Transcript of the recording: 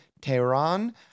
Tehran